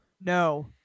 No